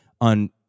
on